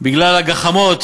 בגלל הגחמות